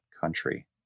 country